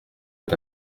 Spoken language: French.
est